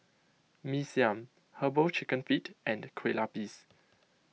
Mee Siam Herbal Chicken Feet and Kueh Lupis